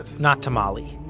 not to mollie,